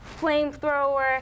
Flamethrower